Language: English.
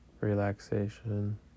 Relaxation